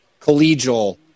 collegial